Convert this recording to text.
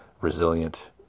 resilient